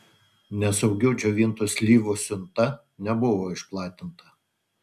nesaugių džiovintų slyvų siunta nebuvo išplatinta